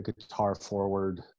guitar-forward